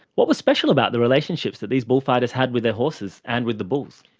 what was special about the relationships that these bullfighters had with their horses and with the bulls?